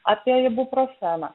apie ibuprofeną